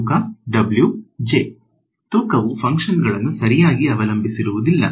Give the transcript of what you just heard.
ತೂಕ ತೂಕವು ಫಂಕ್ಷನ್ಗಳನ್ನು ಸರಿಯಾಗಿ ಅವಲಂಬಿಸಿರುವುದಿಲ್ಲ